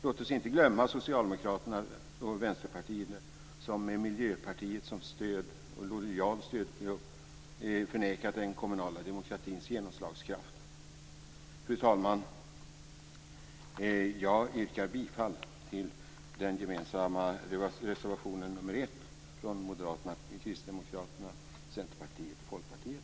Låt oss inte glömma att Socialdemokraterna och Vänsterpartiet, med Miljöpartiet som lojal stödtrupp, förnekat den kommunala demokratins genomslagskraft. Fru talman! Jag yrkar bifall till den gemensamma reservationen nr 1 från Moderaterna, Kristdemokraterna, Centerpartiet och Folkpartiet.